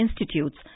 institutes